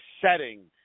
setting